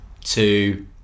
two